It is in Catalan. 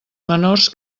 menors